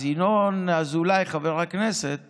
חבר הכנסת